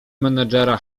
menadżera